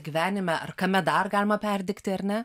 gyvenime ar kame dar galima perdegti ar ne